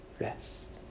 rest